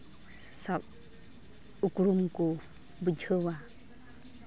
ᱥᱟᱵ ᱩᱠᱷᱲᱩᱢ ᱠᱚ ᱵᱩᱡᱷᱟᱹᱣᱟ